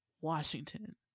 Washington